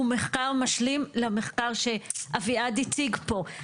הוא מחקר משלים למחקר שאביעד הציג פה,